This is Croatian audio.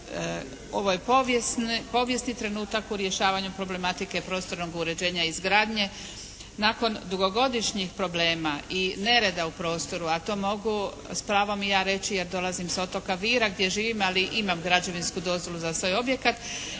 ovo je povijesni trenutak u rješavanju problematike prostornog uređenja i izgradnje. Nakon dugogodišnjih problema i nereda u prostoru a to mogu s pravom i ja reći jer dolazim s otoka Vira gdje živim ali imam građevinsku dozvolu za svoj objekat